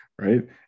right